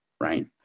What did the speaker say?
right